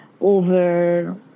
over